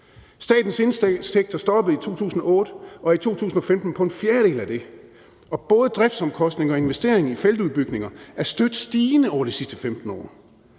Statens indtægter stoppede i 2008 og var i 2015 på en fjerdedel af det. Og både driftsomkostninger og investeringer i feltudbygninger er støt stigende over de sidste 15 år.